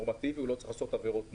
עיונית.